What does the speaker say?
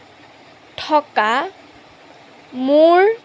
থকা মোৰ